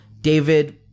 David